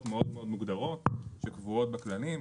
מאוד מאוד מוגדרות שקבועות בכללים,